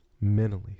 mentally